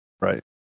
Right